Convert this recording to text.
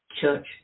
church